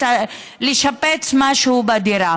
לשפץ משהו בדירה.